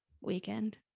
weekend